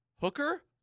hooker